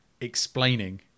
explaining